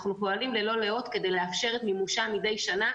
אנחנו פועלים ללא לאות כדי לאפשר את מימושה מידי שנה,